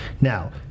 Now